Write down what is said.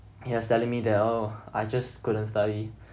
he has telling me that oh I just couldn't study